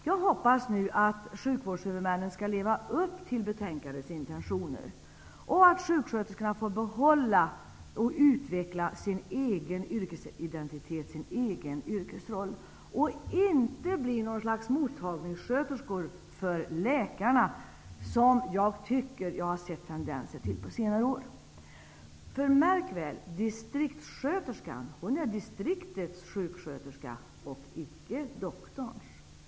Jag hoppas nu att sjukvårdshuvudmännen skall leva upp till betänkandets intentioner och att sjuksköterskorna får behålla och utveckla sin egen yrkesidentitet, sin egen yrkesroll, och inte bli något slags mottagningssköterskor för läkarna, som jag tycker att jag har sett tendenser till på senare år. För märk väl: Distriktssköterskan är distriktets sköterska och icke doktorns!